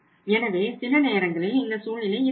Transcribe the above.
எனவே சில நேரங்களில் இந்த சூழ்நிலை இருக்கலாம்